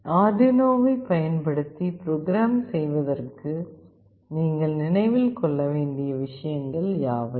ஆர்டுயினோவைப் பயன்படுத்தி ப்ரோக்ராம் செய்வதற்கு நீங்கள் நினைவில் கொள்ள வேண்டிய விஷயங்கள் யாவை